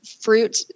fruit